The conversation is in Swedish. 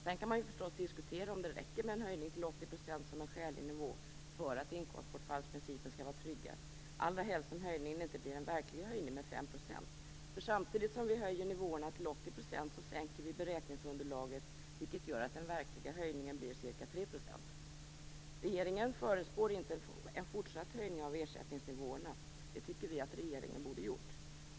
Sedan kan man förstås diskutera om det räcker med en höjning till 80 % och om det är en skälig nivå för att inkomstbortfallsprincipen skall vara tryggad - allra helst som höjningen inte blir en verklig höjning med 5 %. Samtidigt som vi höjer nivåerna till 80 % sänker vi beräkningsunderlaget, vilket gör att den verkliga höjningen blir ca 3 %. Regeringen förespår inte en fortsatt höjning av ersättningsnivåerna. Det tycker vi att regeringen borde ha gjort.